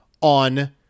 on